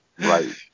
Right